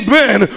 men